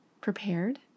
prepared